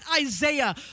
Isaiah